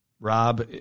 Rob